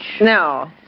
No